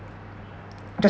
just